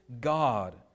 God